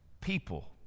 people